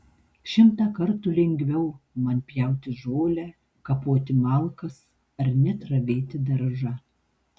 šimtą kartų lengviau man pjauti žolę kapoti malkas ar net ravėti daržą